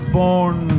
born